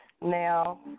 Now